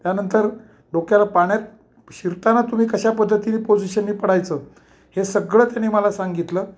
त्यानंतर डोक्याला पाण्यात शिरताना तुम्ही कशा पद्धतीनी पोझिशननी पडायचं हे सगळं त्यांनी मला सांगितलं